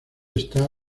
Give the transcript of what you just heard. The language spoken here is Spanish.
está